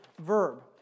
verb